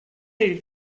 die